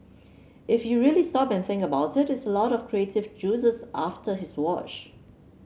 if you really stop and think about it that's a lot of creative juices after his watch